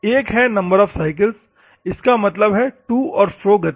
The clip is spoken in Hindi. एक है नंबर ऑफ साइकल्स इसका मतलब है टू और फ्रो गति